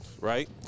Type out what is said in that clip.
right